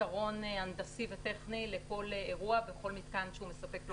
פתרון הנדסי וטכני לכל אירוע בכל מתקן שהוא מספק לו גז.